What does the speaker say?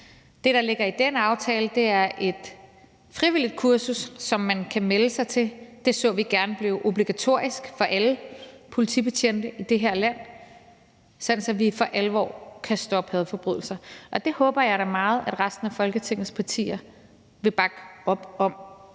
Det, der ligger i den aftale, er et frivilligt kursus, som man kan melde sig til. Det så vi gerne blev obligatorisk for alle politibetjente i det her land, sådan at vi for alvor kan stoppe hadforbrydelser, og det håber jeg da meget at resten af Folketingets partier vil bakke op om.